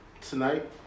tonight